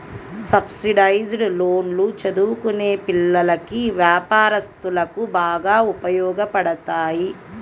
subsidised లోన్లు చదువుకునే పిల్లలకి, వ్యాపారస్తులకు బాగా ఉపయోగపడతాయి